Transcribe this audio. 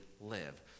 live